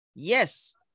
Yes